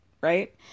right